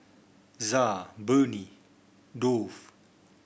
ZA Burnie Dove